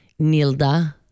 Nilda